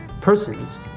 persons